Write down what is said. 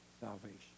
salvation